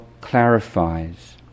clarifies